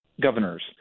governors